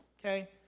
Okay